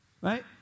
Right